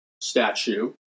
statue